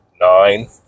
nine